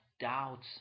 doubts